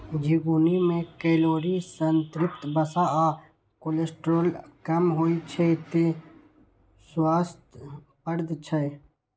झिंगुनी मे कैलोरी, संतृप्त वसा आ कोलेस्ट्रॉल कम होइ छै, तें स्वास्थ्यप्रद छै